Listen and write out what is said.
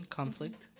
conflict